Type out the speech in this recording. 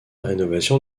rénovation